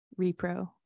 repro